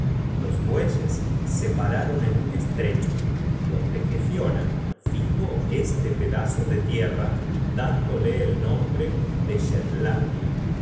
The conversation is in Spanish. los bueyes se pararon en un estrecho donde gefiona fijó este pedazo de tierra dándola el nombre de